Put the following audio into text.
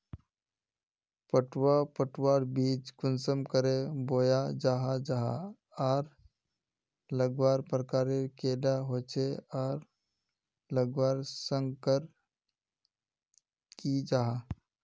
पटवा पटवार बीज कुंसम करे बोया जाहा जाहा आर लगवार प्रकारेर कैडा होचे आर लगवार संगकर की जाहा?